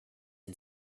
and